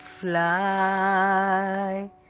fly